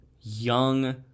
young